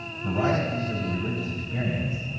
varieties of the religious experience,